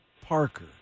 Parker